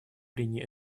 прений